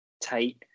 tight